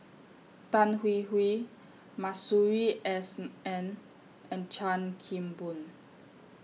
Tan Hwee Hwee Masuri S N and Chan Kim Boon